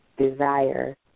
desire